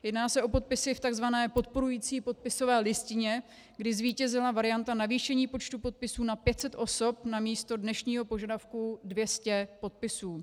Jedná se o podpisy v tzv. podporující podpisové listině, kdy zvítězila varianta navýšení počtu podpisů nad 500 osob namísto dnešního požadavku 200 podpisů.